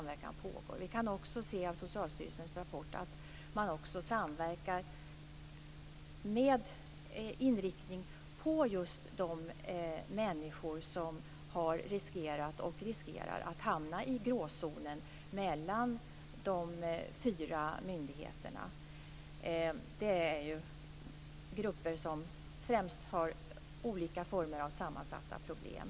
Vi kan också se i Socialstyrelsens rapport att man också samverkar med inriktning på just de människor som har riskerat och riskerar att hamna i gråzonen mellan de fyra myndigheterna. Det är grupper som främst har olika former av sammansatta problem.